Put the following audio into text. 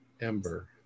Ember